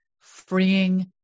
freeing